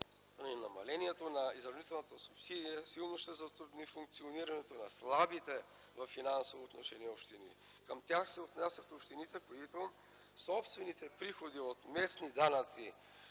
намалението на изравнителната субсидия силно ще се затрудни финансирането на слабите във финансово отношение общини. Към тях се отнасят общините, в които собствените приходи от местни данъци